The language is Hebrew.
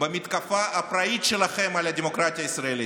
המתקפה הפראית שלכם על הדמוקרטיה הישראלית.